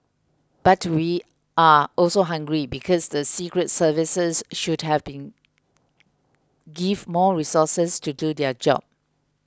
but we are also angry because the secret services should have been give more resources to do their job